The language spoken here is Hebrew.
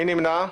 מי נמנע?